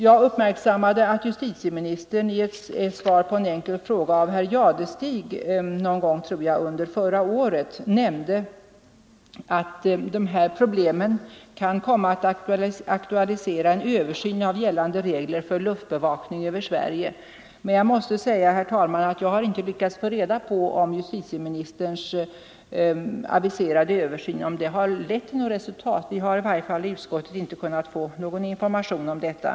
Jag uppmärksammade att justitieministern i svar på en enkel fråga av herr Jadestig — jag tror det var någon gång under förra året — nämnde att det här problemet kan komma att aktualisera en översyn av gällande regler för luftbevakning över Sverige. Men jag måste säga, herr talman, att jag har inte lyckats få reda på ”om justitieministerns aviserade översyn lett till något resultat. Vi har i varje fall i utskottet inte kunnat få någon information om detta.